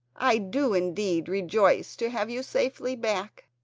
i do indeed rejoice to have you safely back,